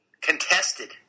contested